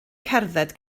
cerdded